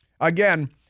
Again